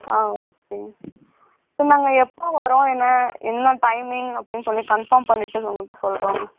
ஆ ஓகேங்க சரி நாங்கள் எப்போ வர்றோம் என்ன என்ன டைமிங் அப்படின்னு சொல்லி கன்ஃபார்ம் பண்ணிவிட்டு உங்கள்கிட்ட சொல்லுறோங்க